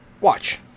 watch